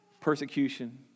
persecution